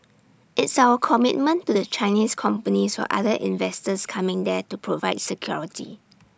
it's our commitment to the Chinese companies or other investors coming there to provide security